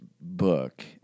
book